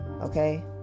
Okay